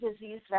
disease